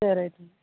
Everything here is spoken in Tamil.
சரி ரைட்டுங்க